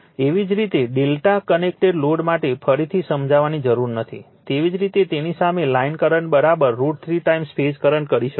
એવી જ રીતે Δ કનેક્ટેડ લોડ માટે ફરીથી સમજાવવાની જરૂર નથી તેવી જ રીતે તેની સામે line current √ 3 time phase current કરી શકો છો